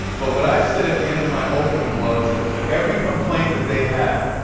but what i said at the end of my open was that for every complaint that they have,